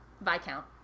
Viscount